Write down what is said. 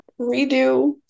redo